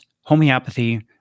Homeopathy